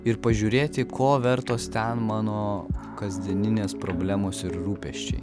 ir pažiūrėti ko vertos ten mano kasdieninės problemos ir rūpesčiai